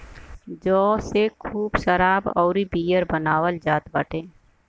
जौ से खूब शराब अउरी बियर बनावल जात बाटे